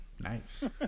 nice